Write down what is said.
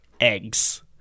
Eggs